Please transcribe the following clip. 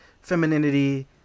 femininity